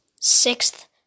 Sixth